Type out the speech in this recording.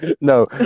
No